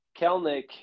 Kelnick